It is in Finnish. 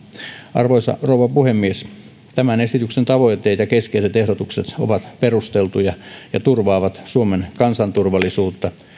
arvoisa rouva puhemies tämän esityksen tavoitteet ja keskeiset ehdotukset ovat perusteltuja ja turvaavat suomen kansanturvallisuutta